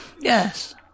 yes